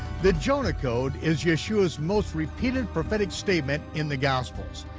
the jonah code is yeshua's most repeated prophetic statement in the gospels.